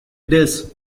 this